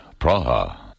Praha